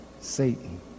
Satan